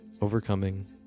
Overcoming